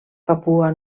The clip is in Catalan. papua